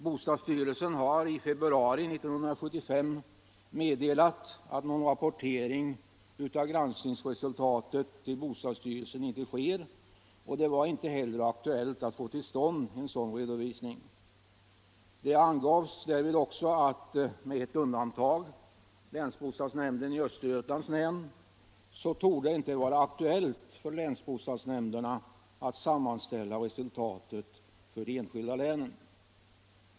Bostadsstyrelsen meddelade i februari 1975 att någon rapportering av granskningsresultaten till bostadsstyrelsen inte sker, och det var inte heller aktuellt att få till stånd en sådan redovisning. Det angavs också att det med ett undantag — länsbostadsnämnden i Östergötlands län — inte torde vara aktuellt för länsbostadsnämnderna att sammanställa resultaten för de enskilda länen.